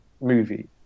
movie